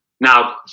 Now